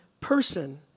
person